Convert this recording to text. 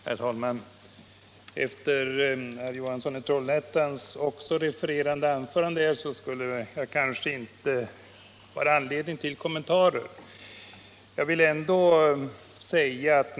Herr talman! Efter herr Johanssons i Trollhättan refererande anförande skulle jag kanske inte ha anledning att göra några kommentarer.